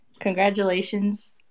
congratulations